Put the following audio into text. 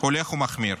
הולך ומחמיר.